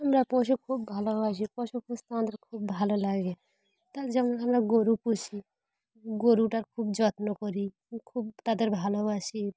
আমরা পশু খুব ভালোবাসি পশু পুষতে আমাদের খুব ভালো লাগে তার যেমন আমরা গরু পুষি গরুটা খুব যত্ন করি খুব তাদের ভালোবাসি